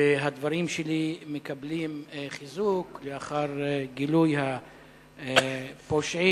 והדברים שלי מקבלים חיזוק לאחר גילוי הפושעים,